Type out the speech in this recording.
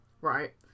Right